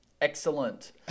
Excellent